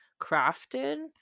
crafted